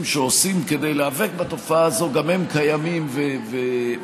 שעושים כדי להיאבק בתופעה הזאת גם הם קיימים ונעשים.